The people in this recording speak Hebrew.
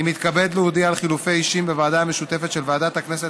אני מתכבד להודיע על חילופי אישים בוועדה המשותפת של ועדת הכנסת